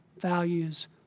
values